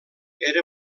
era